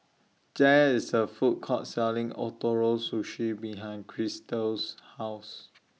There IS A Food Court Selling Ootoro Sushi behind Krystal's House